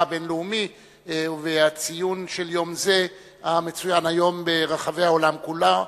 הבין-לאומי והציון של יום זה היום ברחבי העולם כולו,